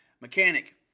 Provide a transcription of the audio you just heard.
mechanic